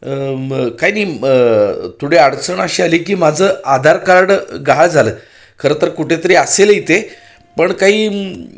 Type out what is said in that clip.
काही नाही थोडी अडचण अशी आली की माझं आधार कार्ड गहाळ झालं खरं तर कुठेतरी असेलही ते पण काही